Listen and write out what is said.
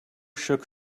shook